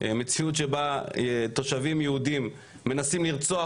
מציאות שבה תושבים יהודים מנסים לרצוח